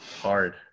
Hard